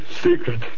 Secret